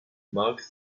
mark